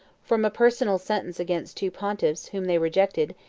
from a personal sentence against two pontiffs, whom they rejected,